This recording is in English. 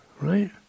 right